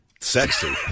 Sexy